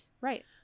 Right